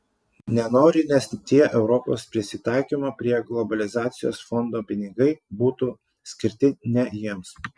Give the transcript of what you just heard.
nenori nes tie europos prisitaikymo prie globalizacijos fondo pinigai būtų skirti ne jiems